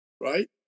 right